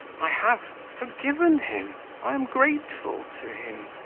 i have forgiven him, i am grateful to him.